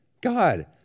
God